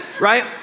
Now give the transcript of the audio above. right